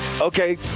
Okay